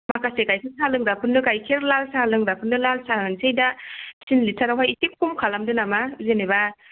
माखासे गाइखेर साह लोंग्राफोरनो गाइखेर साह लाल साह लोंग्राफोरनो लाल साह होनोसै दा तिन लिटारावहाय इसे खम खालामदो नामा जेनेबा